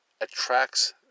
attracts